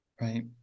right